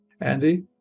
Andy